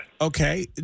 Okay